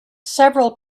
several